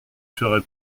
ferai